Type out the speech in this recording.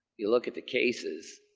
you'll look at the cases,